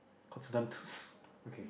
okay